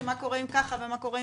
של מה קורה בכל מקרה,